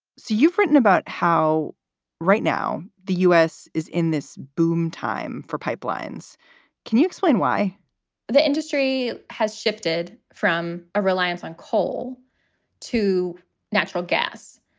so you've written about how right now the u s. is in this boom time for pipelines can you explain why the industry has shifted from a reliance on coal to natural gas?